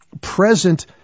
present